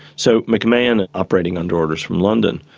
so mcmahon, operating under orders from london,